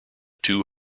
two